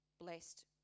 Blessed